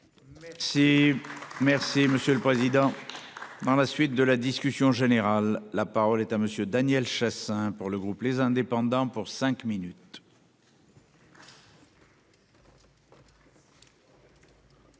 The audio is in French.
Si. Merci monsieur le président. Dans la suite de la discussion générale. La parole est à Monsieur Daniel Chassain pour le groupe les indépendants pour cinq minutes.